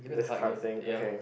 this card thing okay